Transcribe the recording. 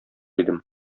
идем